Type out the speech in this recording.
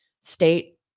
state